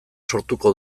sortuko